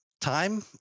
time